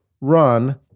run